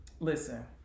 Listen